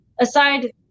aside